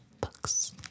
books